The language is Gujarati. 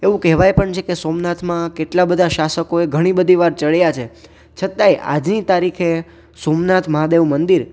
એવું કહેવાય પણ છે કે સોમનાથમાં કેટલા બધા શાસકોએ ઘણી બધી વાર ચડ્યા છે છતાંય આજની તારીખે સોમનાથ મહાદેવ મંદિર